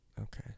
Okay